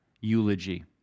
eulogy